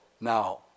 now